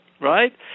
right